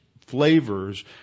flavors